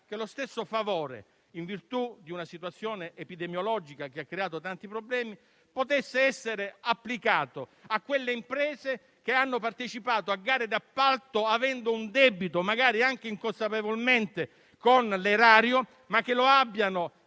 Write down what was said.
che lo stesso favore, in virtù di una situazione epidemiologica che ha creato tanti problemi, potesse essere applicato a quelle imprese che hanno partecipato a gare d'appalto avendo un debito magari anche inconsapevolmente con l'erario, ma che lo abbiano